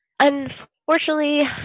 Unfortunately